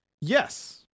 Yes